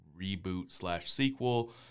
reboot-slash-sequel